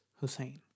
Hussein